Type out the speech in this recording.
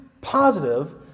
positive